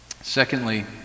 Secondly